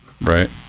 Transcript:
Right